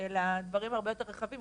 אלא גם דברים הרבה יותר רחבים,